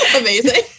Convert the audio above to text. amazing